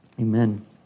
Amen